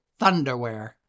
thunderwear